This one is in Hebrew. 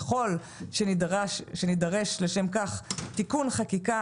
ככל שנדרש לשם כך תיקון חקיקה,